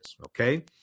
Okay